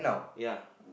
ya